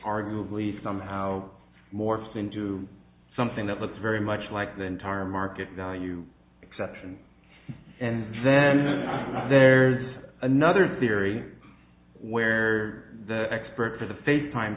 arguably somehow more it's been to something that looks very much like the entire market value exception and then there's another theory where the expert for the face time